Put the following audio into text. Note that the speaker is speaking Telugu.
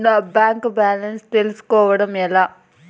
నా బ్యాంకు బ్యాలెన్స్ తెలుస్కోవడం ఎలా?